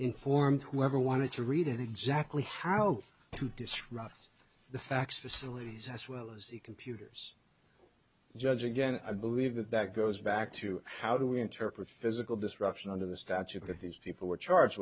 informed whoever wanted to read it exactly how to disrupt the facts of the series as well as the computers judge again i believe that that goes back to how do we interpret physical disruption under the statute that these people were charged